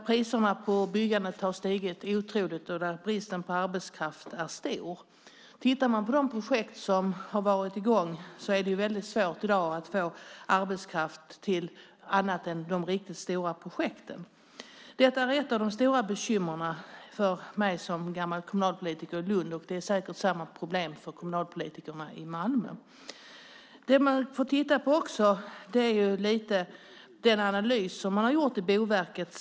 Priserna på byggandet har stigit oerhört, och bristen på arbetskraft är stor. Tittar man på de projekt som funnits ser man att det i dag är svårt att få arbetskraft till annat än de riktigt stora projekten. Det är ett av de stora bekymren för mig som gammal kommunalpolitiker i Lund, och det är säkert likadant för kommunalpolitikerna i Malmö. Man måste också lite grann titta på den analys som gjorts av Boverket.